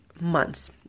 months